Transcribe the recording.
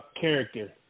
character